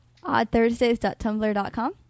OddThursdays.tumblr.com